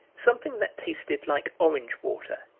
something that tasted like orange water,